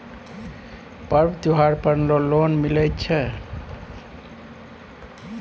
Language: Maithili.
पर्व त्योहार पर लोन मिले छै?